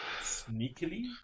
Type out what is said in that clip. Sneakily